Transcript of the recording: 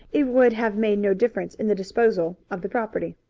it would have made no difference in the disposal of the property.